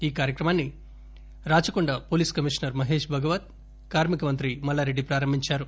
ఈ కార్యక్రమాన్ని Rachakonda police commissioner Mahesh Bhagwat కార్మి క మంత్రి మల్లారెడ్డి ప్రారంభించారు